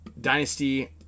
dynasty